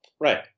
Right